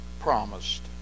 promised